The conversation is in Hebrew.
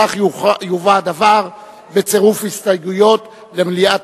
כך יובא הדבר בצירוף הסתייגויות למליאת